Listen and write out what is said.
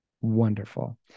wonderful